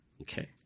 okay